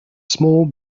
small